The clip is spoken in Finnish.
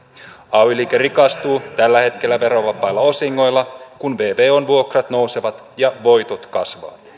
ay liike rikastuu tällä hetkellä verovapailla osingoilla kun vvon vuokrat nousevat ja voitot kasvavat